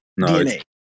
DNA